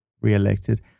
re-elected